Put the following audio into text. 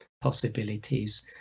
possibilities